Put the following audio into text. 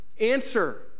Answer